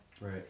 Right